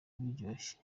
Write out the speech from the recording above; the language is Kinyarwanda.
biryoshye